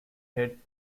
head